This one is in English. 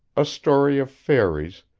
a story of fairies,